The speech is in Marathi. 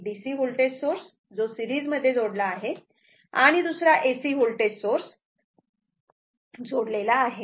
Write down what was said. एक DC व्होल्टेज सोर्स जो सिरीज मध्ये जोडला आहे आणि दुसरा AC व्होल्टेज सोर्स जोडलेला आहे